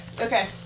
okay